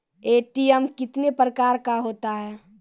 ATM कितने प्रकार का होता हैं?